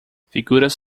figuras